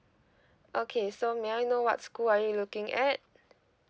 okay so may I know what school are you looking at